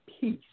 peace